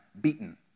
beaten